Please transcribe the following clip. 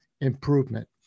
improvement